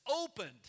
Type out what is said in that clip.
opened